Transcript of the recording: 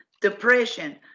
depression